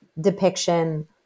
depiction